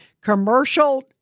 commercial